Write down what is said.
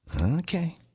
Okay